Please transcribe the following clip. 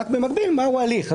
רק במקביל נוהל ההליך.